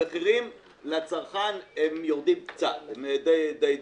המחירים לצרכן יורדים קצת, הם די דומים.